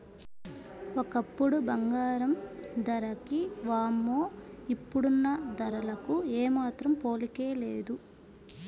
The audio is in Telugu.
ఒకప్పుడు బంగారం ధరకి వామ్మో ఇప్పుడున్న ధరలకు ఏమాత్రం పోలికే లేదు